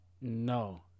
No